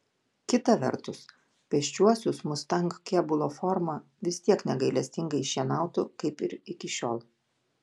kita vertus pėsčiuosius mustang kėbulo forma vis tiek negailestingai šienautų kaip ir iki šiol